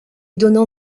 donnant